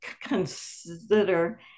consider